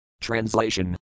Translation